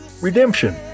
Redemption